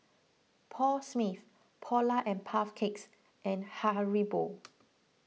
Paul Smith Polar and Puff Cakes and Haribo